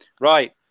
Right